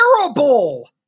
terrible –